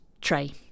tray